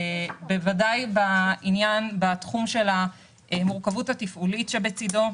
בוודאי בתחום של המורכבות התפעולית שבצדו.